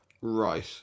Right